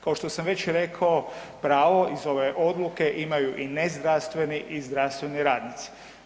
Kao što sam već rekao, pravo iz ove odluke imaju i nezdravstveni i zdravstveni radnici.